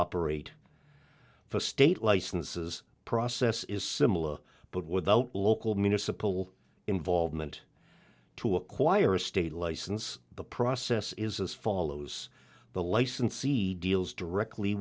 operate for state licenses process is similar but without local municipal involvement to acquire a state license the process is as follows the licensee deals directly